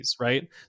right